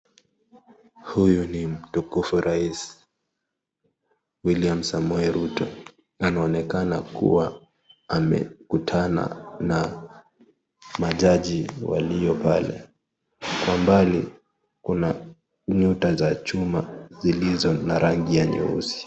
Huyu ni mtukufu Rais William Samoei Ruto. Anaonekana kuwa amekutana na majaji walio pale. Kwa umbali kuna nyuta za chuma zilizo na rangi ya nyeusi.